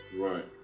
Right